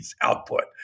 output